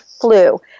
flu